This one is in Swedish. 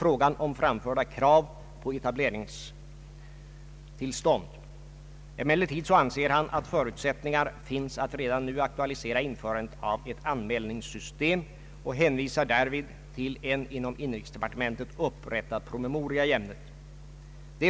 regionalpolitiken selsättningsökningar redan under år 1970 skulle berättiga till stöd.